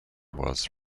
was